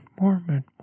Mormon